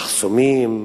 מחסומים,